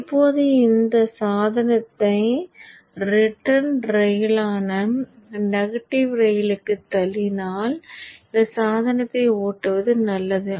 இப்போது இந்தச் சாதனத்தை ரிட்டர்ன் ரெயிலான நெகட்டிவ் ரெயிலுக்குத் தள்ளினால் இந்தச் சாதனத்தை ஓட்டுவது நல்லது